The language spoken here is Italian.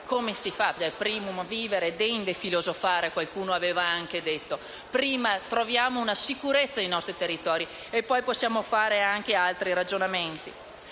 interna. *Primum vivere, deinde philosophari*, qualcuno aveva anche detto: prima troviamo una sicurezza per i nostri territori, poi possiamo fare anche altri ragionamenti.